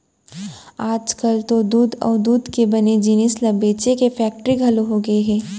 आजकाल तो दूद अउ दूद के बने जिनिस ल बेचे के फेक्टरी घलौ होगे हे